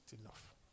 enough